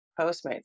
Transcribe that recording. Postmates